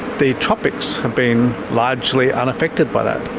the tropics have been largely unaffected by that.